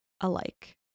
alike